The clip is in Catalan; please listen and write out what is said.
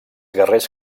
guerrers